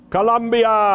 Colombia